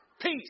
Peace